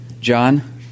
John